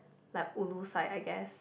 like ulu side I guess